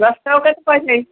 ଦଶଟାକୁ କେତେ ପଇସା କି